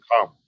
come